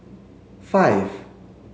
five